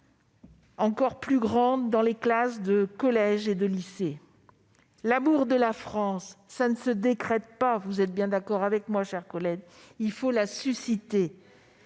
encore plus grande dans les classes de collège et de lycée. L'amour de la France, ça ne se décrète pas- vous en conviendrez, mes chers collègues -, il faut le susciter.